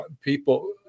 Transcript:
people